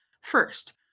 First